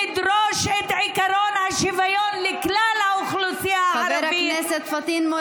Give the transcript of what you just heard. ולדרוש את עקרון השוויון לכלל האוכלוסייה הערבית.